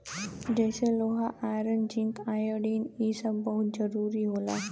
जइसे लोहा iron zinc iodine इ सब बहुत जरूरी होला